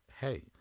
hey